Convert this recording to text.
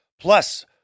Plus